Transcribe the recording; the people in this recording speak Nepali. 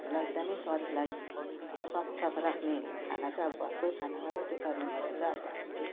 हामीलाई एकदमै शरीरलाई स्वच्छ राख्ने खाना चाहिँ अब घरकै खाना हो त्यही कारणले गर्दा चाहिँ अब हामीले